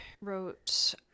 Wrote